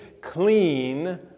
clean